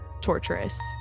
torturous